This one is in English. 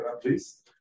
please